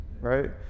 right